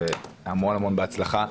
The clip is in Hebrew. המון הצלחה.